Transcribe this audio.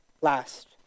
last